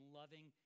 loving